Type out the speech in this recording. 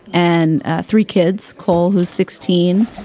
and three kids. cole, who's sixteen.